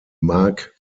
mark